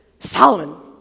Solomon